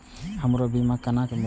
हमरो बीमा केना मिलते?